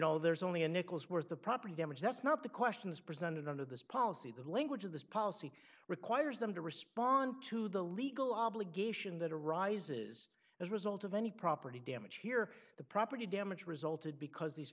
know there's only a nickel's worth the property damage that's not the questions presented under this policy the language of this policy requires them to respond to the legal obligation that arises as a result of any property damage here the property damage resulted because these